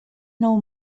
nou